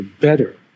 better